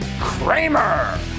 Kramer